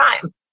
time